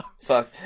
Fuck